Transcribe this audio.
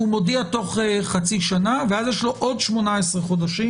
הוא מודיע תוך חצי שנה ואז יש לו עוד 18 חודשים,